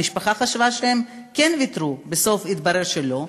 המשפחה חשבה שהם כן ויתרו, ובסוף התברר שלא.